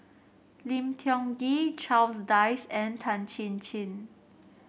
Lim Tiong Ghee Charles Dyce and Tan Chin Chin